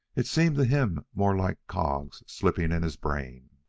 it seemed to him more like cogs slipping in his brain.